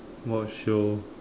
I watch show